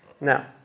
Now